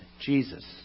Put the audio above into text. Jesus